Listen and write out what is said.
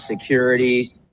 security